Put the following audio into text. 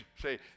say